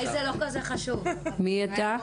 מי אתה?